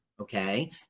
okay